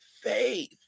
faith